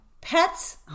Pets